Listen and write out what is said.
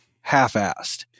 half-assed